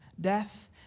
death